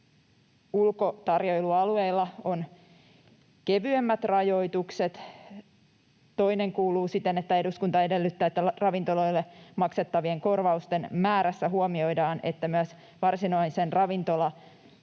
ulkotarjoilualueilla on kevyemmät rajoitukset.” Toinen kuuluu näin: ”Eduskunta edellyttää, että ravintoloille maksettavien korvausten määrässä huomioidaan, että myös varsinaisen ravintolasulun”